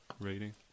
rating